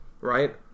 right